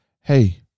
Hey